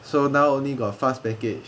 so now only got fast package